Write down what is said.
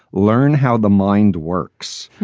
learn how the mind works.